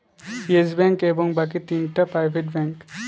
yes Bank এবং বাকি তিনটা প্রাইভেট ব্যাঙ্ক